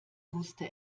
wusste